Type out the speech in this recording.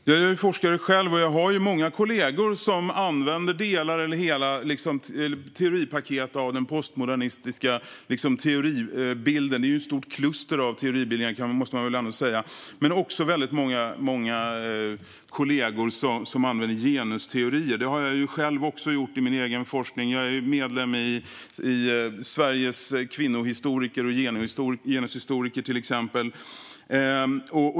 Herr ålderspresident! Jag är forskare själv, och jag har många kollegor som använder delar av eller hela teoripaket av den postmodernistiska teoribilden. Det är egentligen ett stort kluster av teoribilder; det måste man väl ändå säga. Jag har också många kollegor som använder genusteorier. Det har jag själv också gjort i min egen forskning. Jag är medlem i Sveriges kvinno och genushistoriker, till exempel.